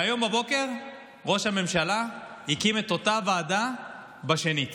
והיום בבוקר ראש הממשלה הקים את אותה ועדה בשנית.